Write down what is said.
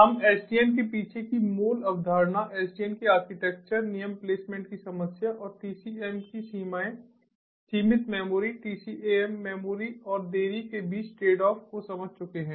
हम SDN के पीछे की मूल अवधारणा SDN के आर्किटेक्चर नियम प्लेसमेंट की समस्या और TCAM की सीमाएं सीमित मेमोरी TCAM मेमोरी और देरी के बीच ट्रेडऑफ को समझ चुके हैं